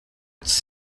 its